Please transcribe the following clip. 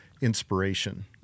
inspiration